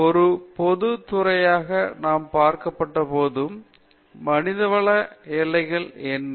ஒரு பொது துறையாக நாம் பார்க்கப்பட்டபோதும் மனிதவள எல்லை என்ன